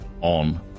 on